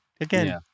again